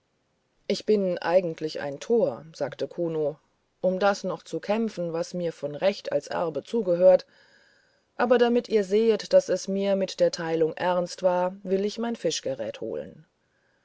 ich bin eigentlich ein tor sagte kuno um das noch zu kämpfen was mir mit recht als erbe zugehört aber damit ihr sehet daß es mir mit der teilung ernst war will ich mein fischgeräte holen